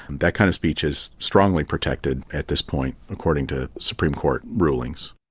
that kind of speech is strongly protected at this point, according to supreme court rulings.